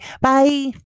Bye